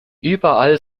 überall